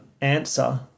answer